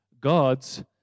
God's